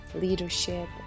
leadership